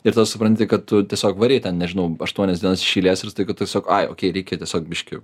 ir tada supranti kad tu tiesiog varei ten nežinau aštuonias dienas iš eilės ir staiga tiesiog ai okėj reikia tiesiog biškį